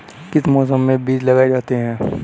किस मौसम में बीज लगाए जाते हैं?